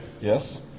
Yes